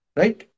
right